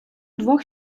двох